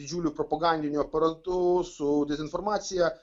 didžiuliu propagandiniu aparatu su dezinformacija